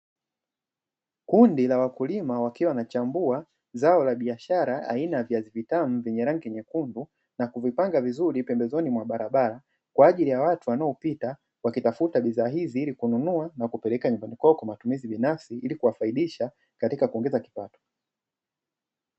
Kundi la wakulima wakiwa wanachambua zao la biashara aina ya viazi vitamu vyenye rangi nyekundu na kuvipanga vizuri pembezoni mwa barabara kwa ajili ya watu wanaopita wakitafuta bidhaa hizi ili kununua na kupeleka nyumbani kwao kwa matumizi binafsi ili kuwafaidisha katika kuongeza kipato.